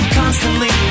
constantly